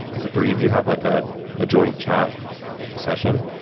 the three of you have like ah a joint chat session.